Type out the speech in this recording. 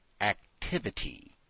activity